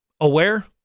aware